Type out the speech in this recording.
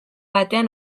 batean